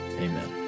Amen